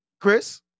Chris